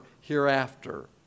hereafter